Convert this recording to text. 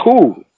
cool